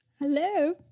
Hello